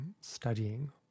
studying